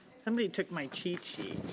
somebody took my cheat sheet,